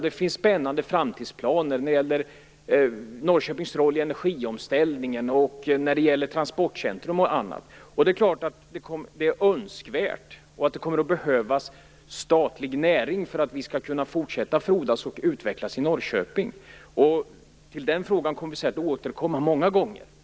Det finns spännande framtidsplaner när det gäller Norrköpings roll i energiomställningen och när det gäller transportcentrum och annat. Det är klart att det önskvärt, och att det kommer att behövas, statlig näring för att vi skall kunna fortsätta att frodas och utvecklas i Norrköping. Till den frågan kommer vi säkert att återkomma många gånger.